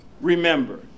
remember